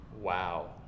wow